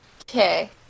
Okay